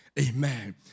Amen